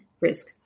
risk